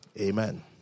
Amen